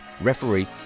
referee